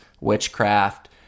witchcraft